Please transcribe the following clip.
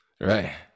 right